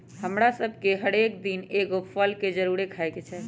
हमरा सभके हरेक दिन एगो फल के जरुरे खाय के चाही